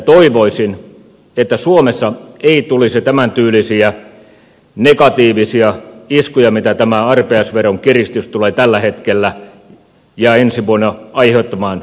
toivoisin että suomessa ei tulisi tämäntyylisiä negatiivisia iskuja mitä tämä arpajaisveron kiristys tulee tällä hetkellä ja ensi vuonna aiheuttamaan ravitaloudelle